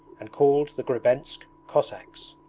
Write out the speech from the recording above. and called the grebensk cossacks.